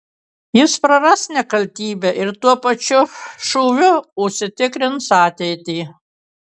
jis praras nekaltybę ir tuo pačiu šūviu užsitikrins ateitį